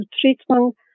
treatment